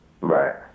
Right